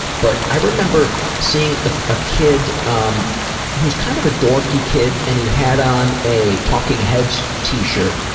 but i remember seeing a ah kid um he was kind of a dorky kid and he had on a talking heads t-shirt.